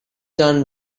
turn